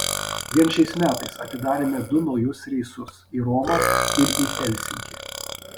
vien šiais metais atidarėme du naujus reisus į romą ir į helsinkį